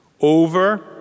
Over